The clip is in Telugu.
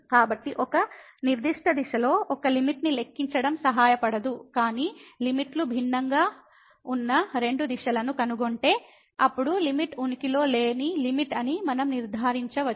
కాబట్టి ఒక నిర్దిష్ట దిశలో ఒక లిమిట్ ని లెక్కించడం సహాయపడదు కాని లిమిట్ లు భిన్నంగా ఉన్న రెండు దిశలను కనుగొంటే అప్పుడు లిమిట్ ఉనికిలో లేని లిమిట్ అని మనం నిర్ధారించవచ్చు